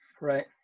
Right